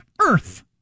earth